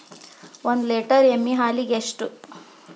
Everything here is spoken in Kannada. ಒಂದು ಲೇಟರ್ ಎಮ್ಮಿ ಹಾಲಿಗೆ ಎಷ್ಟು?